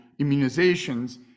immunizations